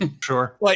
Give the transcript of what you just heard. Sure